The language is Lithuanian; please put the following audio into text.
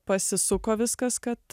pasisuko viskas kad